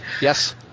Yes